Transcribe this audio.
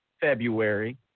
February